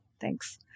Thanks